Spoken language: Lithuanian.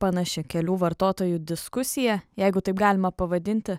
panaši kelių vartotojų diskusija jeigu taip galima pavadinti